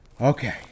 Okay